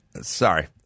Sorry